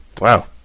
Wow